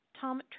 Tom